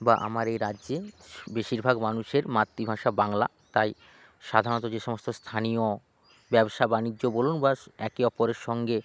বা আমার এই রাজ্যে বেশিরভাগ মানুষের মাতৃভাষা বাংলা তাই সাধারণত যে সমস্ত স্থানীয় ব্যবসা বাণিজ্য বলুন বা একে অপরের সঙ্গে